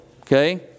Okay